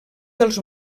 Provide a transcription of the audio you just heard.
dels